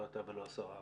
לא אתה ולא השרה,